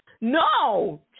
no